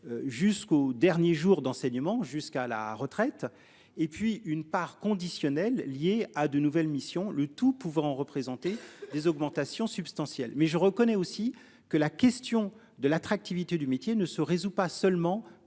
jusqu'au dernier jour d'enseignement jusqu'à la retraite et puis une part conditionnel lié à de nouvelles missions, le tout pouvant représenter des augmentations substantielles mais je reconnais aussi que la question de l'attractivité du métier ne se résout pas seulement